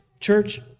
church